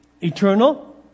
eternal